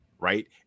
right